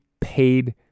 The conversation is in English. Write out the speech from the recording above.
paid